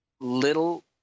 little